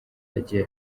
yagiye